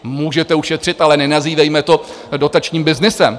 Můžete ušetřit, ale nenazývejme to dotačním byznysem.